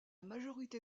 majorité